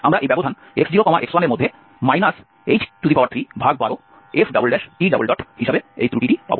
আমরা এই ব্যবধান x0x1 এর মধ্যে h312f হিসাবে এই ত্রুটিটি পাব